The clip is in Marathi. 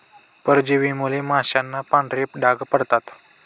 परजीवींमुळे माशांना पांढरे डाग पडतात